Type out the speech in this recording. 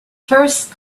first